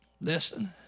Listen